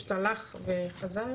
פשוט הלך וחזר.